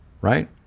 right